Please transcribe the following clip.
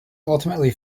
ultimately